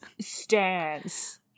Stance